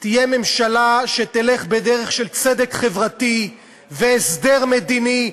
תהיה ממשלה שתלך בדרך של צדק חברתי והסדר מדיני,